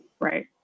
right